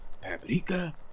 paprika